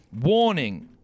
Warning